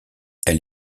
elle